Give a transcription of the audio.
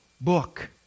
book